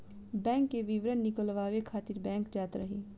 bank के विवरण निकालवावे खातिर बैंक जात रही